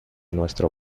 nuestro